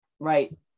Right